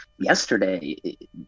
Yesterday